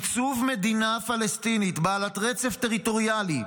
עיצוב מדינה פלסטינית בעלת רצף טריטוריאלי,